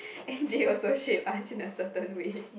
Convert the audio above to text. N_J also shaped us in a certain way